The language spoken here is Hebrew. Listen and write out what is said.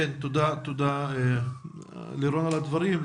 תודה, לירון, על הדברים.